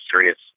serious